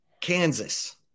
Kansas